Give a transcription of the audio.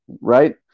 right